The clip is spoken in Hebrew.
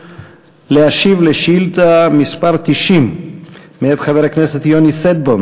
להשיב על שאילתה מס' 90 מאת חבר הכנסת יוני שטבון